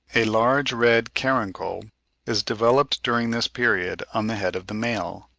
a large red caruncle is developed during this period on the head of the male.